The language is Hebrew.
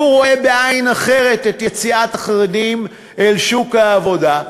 שהוא רואה בעין אחרת את יציאת החרדים לשוק העבודה.